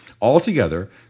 altogether